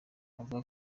avuga